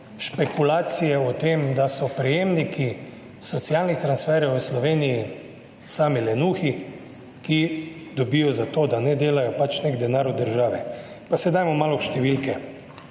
špekulacije o tem, da so prejemniki socialnih transferjev v Sloveniji sami lenuhi, ki dobijo za to, da ne delajo pač nek denar od države. Pa se dajmo malo v številke.